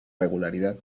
regularidad